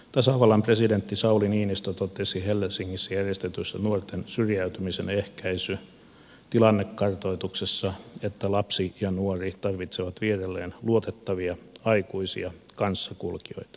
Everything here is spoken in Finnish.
tasavallan presidentti sauli niinistö totesi helsingissä järjestetyssä nuorten syrjäytymisen ehkäisy tilannekartoituksessa että lapsi ja nuori tarvitsevat vierelleen luotettavia aikuisia kanssakulkijoita